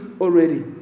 already